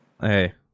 Hey